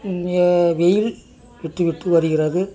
வெயில் விட்டு விட்டு வருகிறது